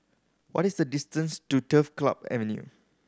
what is the distance to Turf Club Avenue